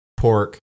Pork